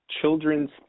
children's